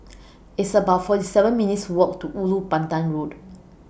It's about forty seven minutes' Walk to Ulu Pandan Road